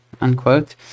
unquote